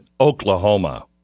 Oklahoma